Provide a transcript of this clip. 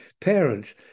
parents